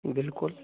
ਬਿਲਕੁਲ